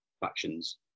factions